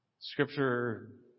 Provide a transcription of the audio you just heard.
Scripture